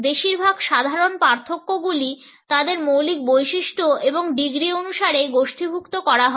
বেশিরভাগ সাধারণ পার্থক্যগুলি তাদের মৌলিক বৈশিষ্ট্য এবং ডিগ্রি অনুসারে গোষ্ঠীভুক্ত করা হয়